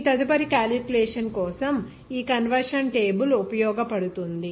మీ తదుపరి క్యాలిక్యులేషన్ కోసం ఈ కన్వర్షన్ టేబుల్ ఉపయోగపడుతుంది